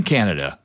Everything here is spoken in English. Canada